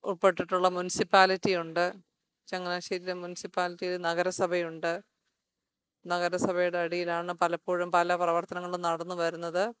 ഉൾപ്പെട്ടിട്ടുള്ള മുനിസിപ്പാലിറ്റി ഉണ്ട് ചങ്ങനാശ്ശേരിയിലെ മുനിസിപ്പാലിറ്റിയില് നഗരസഭയുണ്ട് നഗരസഭയുടെ അടിയിലാണ് പലപ്പോഴും പല പ്രവർത്തനങ്ങളും നടന്നുവരുന്നത്